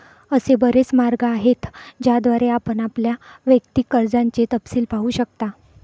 असे बरेच मार्ग आहेत ज्याद्वारे आपण आपल्या वैयक्तिक कर्जाचे तपशील पाहू शकता